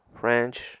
French